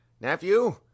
nephew